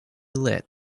light